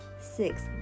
Six